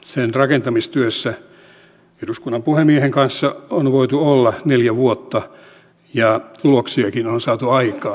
sen rakentamistyössä eduskunnan puhemiehen kanssa olemme voineet olla neljä vuotta ja tuloksiakin olemme saaneet aikaan